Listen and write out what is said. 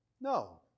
No